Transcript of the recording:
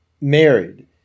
married